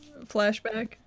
Flashback